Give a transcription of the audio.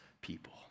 people